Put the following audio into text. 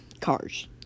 cars